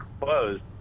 closed